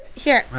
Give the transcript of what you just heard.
here. wow,